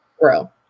grow